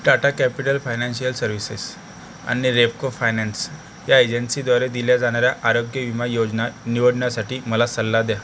Tata Capital Financial Services आणि Repco Finance या एजन्सीद्वारे दिल्या जाणाऱ्या आरोग्य विमा योजना निवडण्यासाठी मला सल्ला द्या